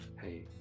Hey